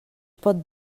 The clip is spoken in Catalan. pot